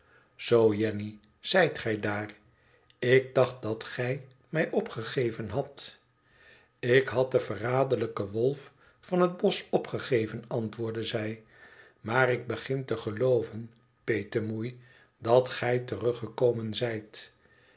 zoo jenny zijt gij daar ik dacht dat gij mij opgegeven hadl t ik had den verraderlijken wolf van het bosch opgegeven antwoordde zij maar ik begin tegelooven petemoei dat gij teruggekomen zijt